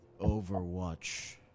overwatch